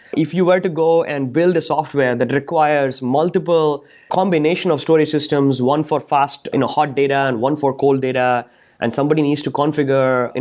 if you were to go and build a software that requires multiple combination of storage systems, one for fast in a hot data and one for cold data and somebody needs to configure,